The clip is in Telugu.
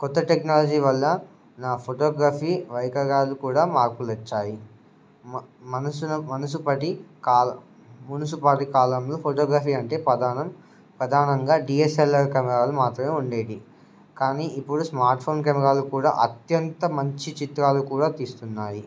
కొత్త టెక్నాలజీ వల్ల నా ఫోటోగ్రఫీ వైకగాలు కూడా మార్పులొచ్చాయి మనసును మనసుపటి కాల మునుసుపటి కాలంలో ఫోటోగ్రఫీ అంటే ప్రధానం ప్రధానంగా డిఎస్ఎల్ఆర్ కెమెరాలు మాత్రమే ఉండేటివి కానీ ఇప్పుడు స్మార్ట్ ఫోన్ కెమెరాలు కూడా అత్యంత మంచి చిత్రాలు కూడా తీస్తున్నాయి